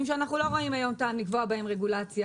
שאנחנו לא רואים היום טעם לקבוע בהם רגולציה.